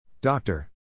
Doctor